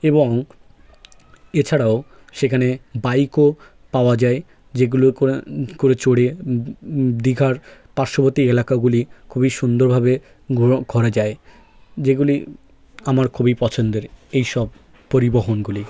এবং এছাড়াও সেখানে বাইকও পাওয়া যায় যেগুলো করে চড়ে দীঘার পার্শ্ববর্তী এলাকাগুলি খুবই সুন্দরভাবে ঘুরো করা যায় যেগুলি আমার খুবই পছন্দের এই সব পরিবহনগুলি